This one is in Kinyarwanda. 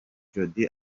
jody